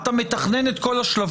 אתה מתכנן את כל השלבים,